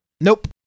Nope